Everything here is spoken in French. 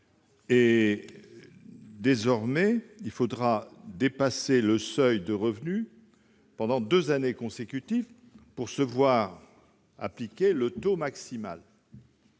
Désormais, il faudra dépasser le seuil de revenus pendant deux années consécutives pour se voir appliquer le taux maximal.